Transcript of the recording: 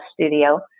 studio